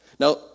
Now